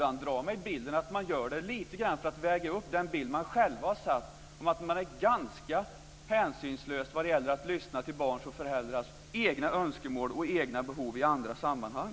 Alla barn har rätt till en bra utbildning.